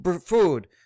food